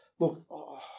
Look